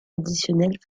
additionnels